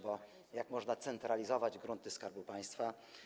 Bo jak można centralizować grunty Skarbu Państwa?